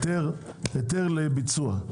היתר לביצוע?